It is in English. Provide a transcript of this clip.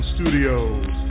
Studios